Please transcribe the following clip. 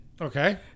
okay